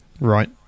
Right